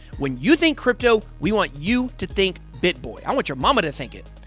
when you think crypto, we want you to think bitboy. i want your mama to think it.